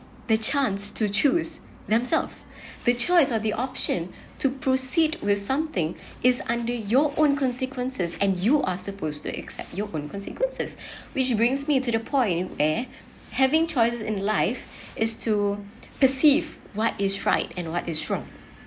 the chance to choose themselves the choice or the option to proceed with something is under your own consequences and you are supposed to accept your own consequences which brings me to the point there having choices in life is to perceive what is right and what is wrong